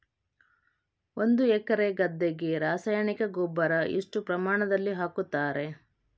ಒಂದು ಎಕರೆ ಗದ್ದೆಗೆ ರಾಸಾಯನಿಕ ರಸಗೊಬ್ಬರ ಎಷ್ಟು ಪ್ರಮಾಣದಲ್ಲಿ ಹಾಕುತ್ತಾರೆ?